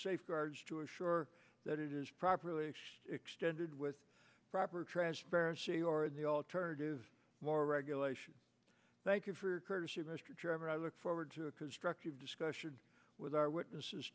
safeguards to assure that it is properly it extended with proper transparency or in the alternative more regulation thank you for your courtesy mr chairman i look forward to a constructive discussion with our witnesses